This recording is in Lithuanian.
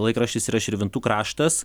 laikraštis yra širvintų kraštas